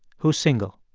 who's single.